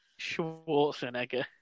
Schwarzenegger